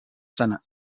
senate